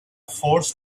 forced